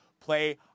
play